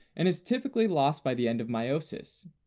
and is typically lost by the end of meiosis.